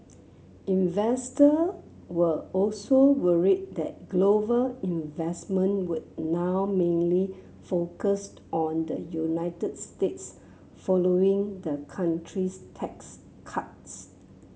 investor were also worried that global investment would now mainly focused on the United States following the country's tax cuts